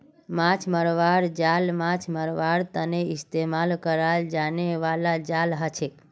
माछ मरवार जाल माछ मरवार तने इस्तेमाल कराल जाने बाला जाल हछेक